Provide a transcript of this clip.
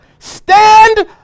Stand